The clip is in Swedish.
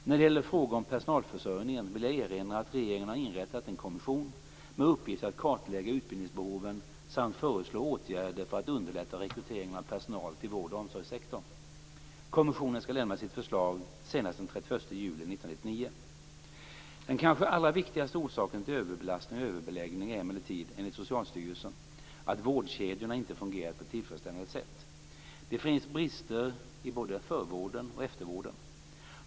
När det gäller frågor om personalförsörjningen vill jag erinra om att regeringen har inrättat en kommission med uppgift att kartlägga utbildningsbehoven samt föreslå åtgärder för att underlätta rekryteringen av personal till vårdoch omsorgssektorn. Kommissionen skall lämna sitt förslag senast den 31 juli 1999. Den kanske allra viktigaste orsaken till överbelastning och överbeläggning är emellertid, enligt Socialstyrelsen, att vårdkedjorna inte fungerar på ett tillfredsställande sätt. Det finns brister i både "förvården" och "eftervården".